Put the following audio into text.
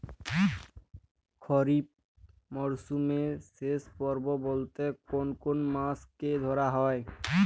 খরিপ মরসুমের শেষ পর্ব বলতে কোন কোন মাস কে ধরা হয়?